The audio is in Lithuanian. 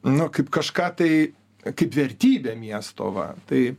na kaip kažką tai kaip vertybę miesto va tai